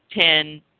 ten